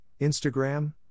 Instagram